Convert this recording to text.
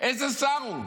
איזה שר הוא?